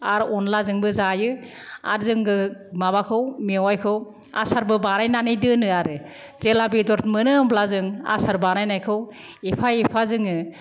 आरो अनलाजोंबो जायो आरो जोङो माबाखौ मेवायखौ आसारबो बानायनानै दोनो आरो जेब्ला बेदर मोनो होमब्ला जों आसार बानाय नायखौ एफा एफा जोङो